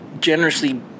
generously